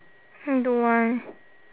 don't want